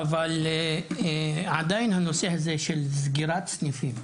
אבל עדיין הנושא הזה של סגירת סניפים,